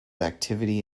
activity